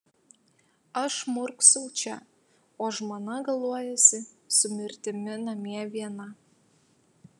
aš murksau čia o žmona galuojasi su mirtimi namie viena